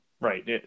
right